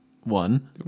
One